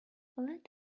let